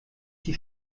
die